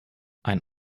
ein